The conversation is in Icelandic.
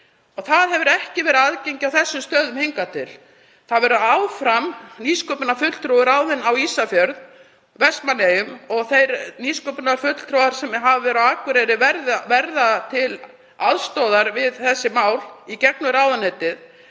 Það hefur ekki verið aðgengi á þessum stöðum hingað til. Áfram verður nýsköpunarfulltrúi ráðinn á Ísafjörð og Vestmannaeyjar og þeir nýsköpunarfulltrúar sem verið hafa á Akureyri verða til aðstoðar við þessi mál í gegnum ráðuneytið.